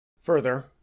Further